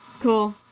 cool